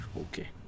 okay